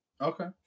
Okay